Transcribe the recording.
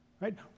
Right